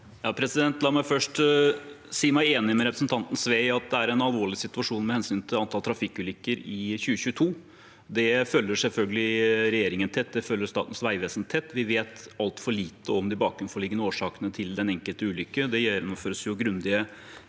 La meg først si meg enig med representanten Sve i at det er en alvorlig situasjon med hensyn til antallet trafikkulykker i 2022. Det følger selvfølgelig regjeringen tett. Det følger Statens vegvesen tett. Vi vet altfor lite om de bakenforliggende årsakene til den enkelte ulykke. Det gjennomføres grundige